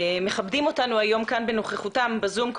מכבדים אותנו היום בנוכחותם בזום,